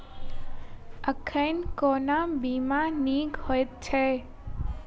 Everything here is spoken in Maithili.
एखन कोना बीमा नीक हएत छै?